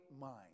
mind